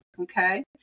Okay